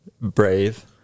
brave